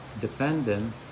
dependent